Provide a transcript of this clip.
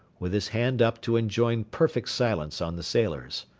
with his hand up to enjoin perfect silence on the sailors.